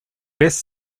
best